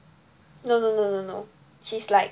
no no no no no she's like